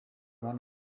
one